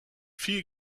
viel